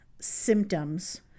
symptoms